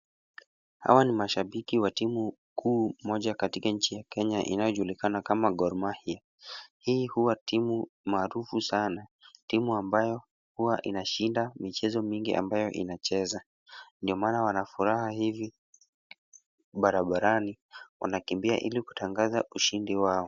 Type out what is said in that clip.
Hawa ni mashabiki wa timu kuu moja katika nchi ya Kenya inayojulikana kama Gor Mahia. Hii huwa timu maarufu sana . Timu ambayo huwa inashinda michezo mingi ambayo inacheza ndiyo maana wana furaha hivi barabarani wanakimbia ili kutangaza ushindi wao.